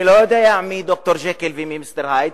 אני לא יודע מי ד"ר ג'קיל ומי מיסטר הייד,